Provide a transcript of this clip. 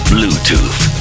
Bluetooth